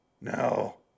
No